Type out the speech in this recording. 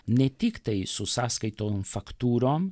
ne tiktai su sąskaitom faktūrom